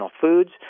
foods